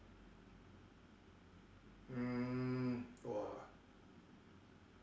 mm !wah!